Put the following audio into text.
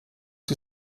die